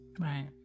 right